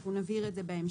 אנחנו נבהיר את זה בהמשך.